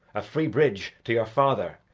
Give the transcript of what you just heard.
a free bridge to your father,